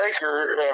Baker